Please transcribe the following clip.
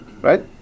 right